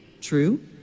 true